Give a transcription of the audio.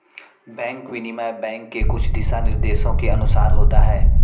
bank विनिमय bank के कुछ दिशानिर्देशों के अनुसार होता है